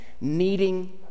needing